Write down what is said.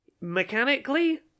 mechanically